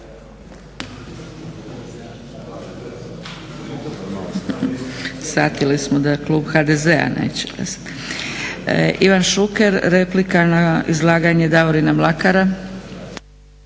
Shvatili smo da klub HDZ-a neće glasati. Ivan Šuker replika na izlaganje Davorina Mlakara.